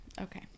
Okay